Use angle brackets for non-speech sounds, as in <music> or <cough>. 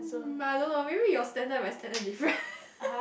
um I don't know maybe your standard and my standard different <laughs>